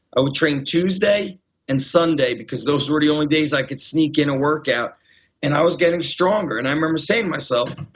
i would train tuesday and sunday because those were the only days i could sneak in a workout and i was getting stronger. and i remember saying to myself,